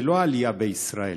זה לא העלייה לישראל,